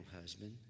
husband